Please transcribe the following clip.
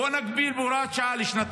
בואו נגביל את זה בהוראת שעה לשנתיים-שלוש.